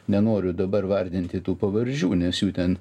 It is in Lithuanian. nenoriu dabar vardinti tų pavardžių nes jų ten